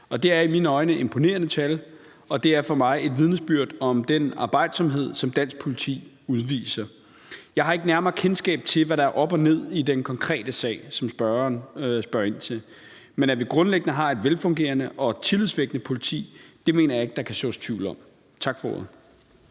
Det er i mine øjne imponerende tal, og det er for mig et vidnesbyrd om den arbejdsomhed, som dansk politi udviser. Jeg har ikke nærmere kendskab til, hvad der er op og ned i den konkrete sag, som spørgeren spørger ind til. Men at vi grundlæggende har et velfungerende og tillidsvækkende politi, mener jeg ikke der kan sås tvivl om. Tak for ordet.